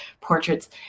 portraits